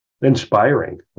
inspiring